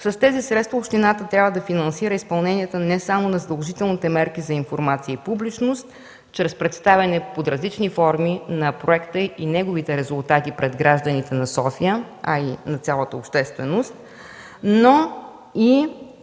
и тези средства. С тях общината трябва да финансира изпълнението не само на задължителните мерки за информация и публичност чрез представяне под различни форми на проекта и неговите резултати пред гражданите на София и пред цялата общественост, но и